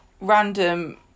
random